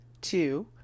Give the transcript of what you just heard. two